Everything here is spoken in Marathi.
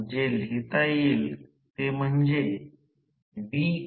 सर्किट मॉडेल आकृती 8a मध्ये दर्शविले आहे